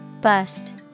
Bust